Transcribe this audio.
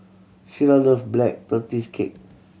Shira love Black Tortoise Cake